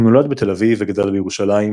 הוא נולד בתל אביב וגדל בירושלים,